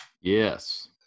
Yes